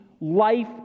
life